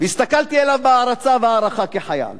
הסתכלתי עליו בהערצה ובהערכה כחייל.